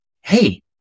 hey